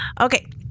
Okay